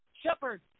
Shepard